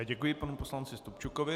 Děkuji panu poslanci Stupčukovi.